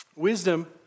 Wisdom